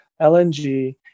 LNG